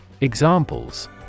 Examples